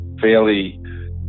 fairly